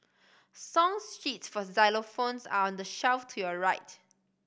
song sheets for xylophones are on the shelf to your right